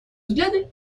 взгляды